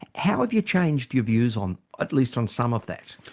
how have you changed your views on, at least on some of that?